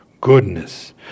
goodness